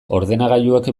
ordenagailuek